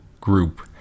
group